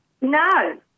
No